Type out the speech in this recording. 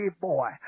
boy